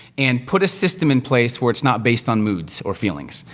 and put a system in place where it's not based on moods or feelings.